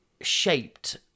shaped